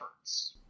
efforts